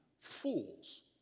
fools